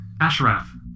Ashraf